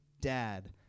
dad